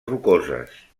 rocoses